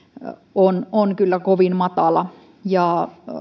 on on kyllä kovin matala